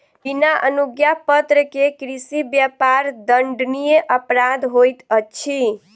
बिना अनुज्ञापत्र के कृषि व्यापार दंडनीय अपराध होइत अछि